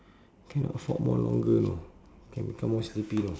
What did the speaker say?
cannot afford more longer know can become more sleepy know